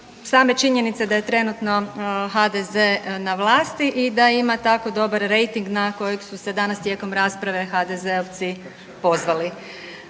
same činjenice da je trenutno HDZ na vlasti i da ima tako dobar rejting na kojeg su se danas tijekom rasprave HZD-ovci pozvali.